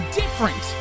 different